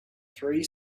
three